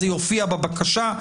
זה יופיע בבקשה.